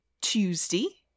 tuesday